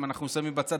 אם אנחנו שמים בצד,